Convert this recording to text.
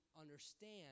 understand